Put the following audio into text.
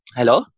hello